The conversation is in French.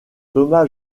thomas